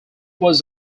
was